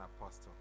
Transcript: apostle